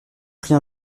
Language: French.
pris